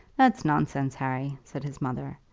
that's nonsense, harry, said his mother.